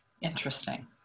Interesting